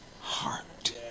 heart